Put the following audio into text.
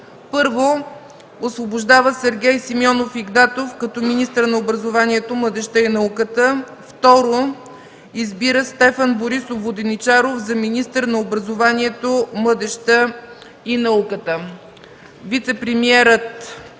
1. Освобождава Сергей Симеонов Игнатов като министър на образованието, младежта и науката. 2. Избира Стефан Борисов Воденичаров за министър на образованието, младежта и науката.” Вицепремиерът